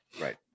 Right